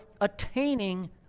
attaining